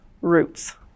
roots